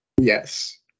Yes